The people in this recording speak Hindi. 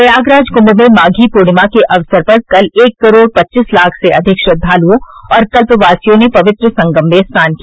प्रयागराज कुंभ में माधी पूर्णिमा के अवसर पर कल एक करोड़ पच्चीस लाख से अधिक श्रद्वालुओं और कल्पवासियों ने पवित्र संगम में स्नान किया